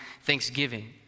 thanksgiving